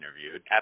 interviewed